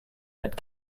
but